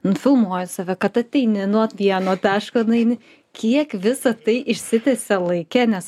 nufilmuoji save kad ateini nuo vieno taško nueini kiek visa tai išsitęsia laike nes